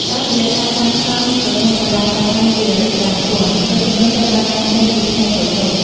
តាមរយៈការសាងសង់ប្រព័ន្ធប្រឡាយខ្វាត់ខ្វែងជាច្រើនជាន់ ទឹកជំនន់ត្រូវបានបែងចែកជាផ្នែកតូចៗ។